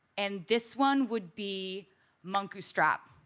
and this one would be munkustrap.